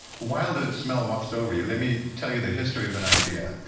while the smell wafts over you, let me tell you the history of an idea.